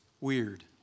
weird